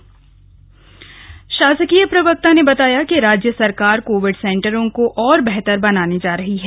सरकार की तैयारी शासकीय प्रवक्ता ने बताया कि राज्य सरकार कोविड सेंटरों को और बेहतर बनाने जा रही है